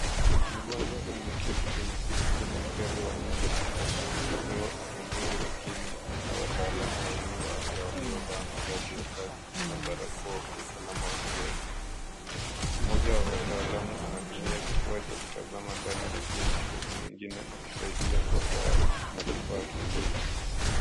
Mgonjwa ameketi kwenye kiti cha daktari wa meno huku akifanyiwa uchunguzi wa kinywa na wataalamu wawili wa afya waliovaa mavazi ya kazi na barakoa kwa usalama wa kiafya. Mmoja wa wataalamu anatumia kifaa cha kutazama ndani ya kinywa huku mwingine akisaidia kwa taa na kifaa kingine.